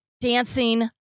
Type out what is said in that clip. Dancing